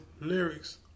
lyrics